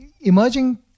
emerging